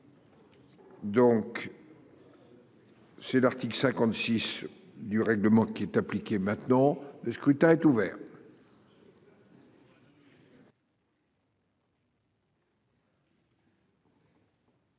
Donc. C'est l'article 56 du règlement qui est appliqué, maintenant le scrutin est ouvert.